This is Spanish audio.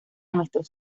nuestros